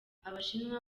abashinwa